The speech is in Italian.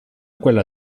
quella